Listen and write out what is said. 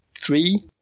three